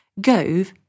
Gove